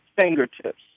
fingertips